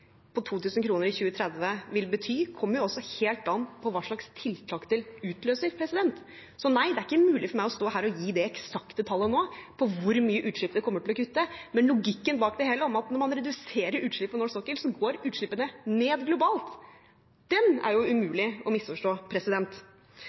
på 2 000 kr i 2030, vil bety, kommer også helt an på hva slags tiltak det utløser. Så nei, det er ikke mulig for meg å stå her og gi det eksakte tallet nå for hvor mye utslipp det kommer til å kutte. Men logikken bak det hele om at når man reduserer utslippene på norsk sokkel, går utslippene ned globalt – den er jo